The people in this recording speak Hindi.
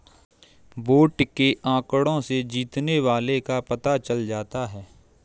वोट के आंकड़ों से जीतने वाले का पता चल जाता है